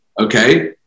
Okay